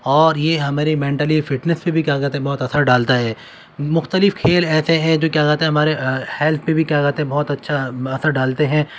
اور یہ ہمارے مینٹلی فٹنیس بھی کیا کہتے ہیں بہت اثر ڈالتا ہے مختلف کھیل ایسے ہیں جو کیا کہتے ہمارے ہیلتھ پہ بھی کیا کہتے بہت اچھا اثر ڈالتے ہیں